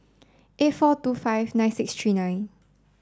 eight four two five nine six tree nine